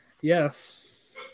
Yes